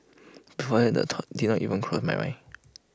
before that the thought did not even cross my mind